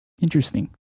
Interesting